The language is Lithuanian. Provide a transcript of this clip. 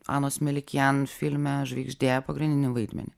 anos melikijan filme žvaigždė pagrindinį vaidmenį